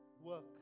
work